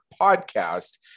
podcast